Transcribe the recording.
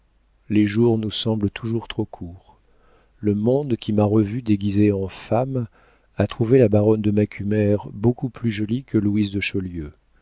les jours nous semblent toujours trop courts le monde qui m'a revue déguisée en femme a trouvé la baronne de macumer beaucoup plus jolie que louise de